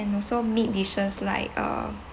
and also meat dishes like uh